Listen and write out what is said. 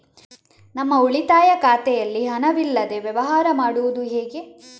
ನಮ್ಮ ಉಳಿತಾಯ ಖಾತೆಯಲ್ಲಿ ಹಣವಿಲ್ಲದೇ ವ್ಯವಹಾರ ಮಾಡುವುದು ಹೇಗೆ?